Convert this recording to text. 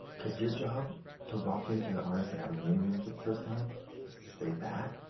because your job to walk into the artist and have a meeting with him for the first time is to say that.